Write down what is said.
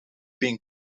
being